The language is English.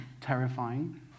terrifying